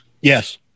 Yes